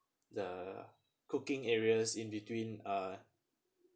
the cooking areas in between uh